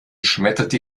schmetterte